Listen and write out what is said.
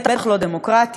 בטח לא דמוקרטיה,